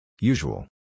Usual